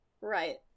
right